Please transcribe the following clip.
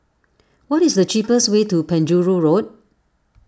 what is the cheapest way to Penjuru Road